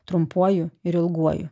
trumpuoju ir ilguoju